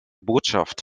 botschaft